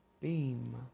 Beam